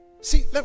see